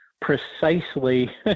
precisely